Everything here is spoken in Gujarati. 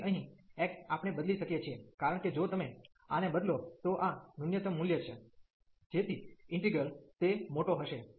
તેથી અહીં x આપણે બદલી શકીએ છીએ કારણ કે જો તમે આને બદલો તો આ ન્યૂનતમ મૂલ્ય છે જેથી ઈન્ટિગ્રલ તે મોટો હશે